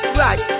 right